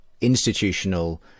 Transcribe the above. institutional